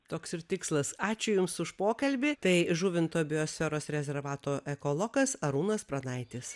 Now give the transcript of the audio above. toks ir tikslas ačiū jums už pokalbį tai žuvinto biosferos rezervato ekologas arūnas pranaitis